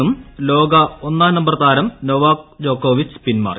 നിന്നും ലോക ഒന്നാം നമ്പർ താരം നൊവാക് ജോകോവിച്ച് പിന്മാറി